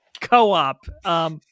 Co-op